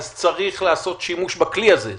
אז צריך לעשות שימוש בכלי הזה,